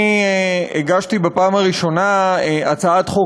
אני הגשתי בפעם הראשונה הצעת חוק